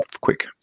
quick